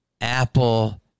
Apple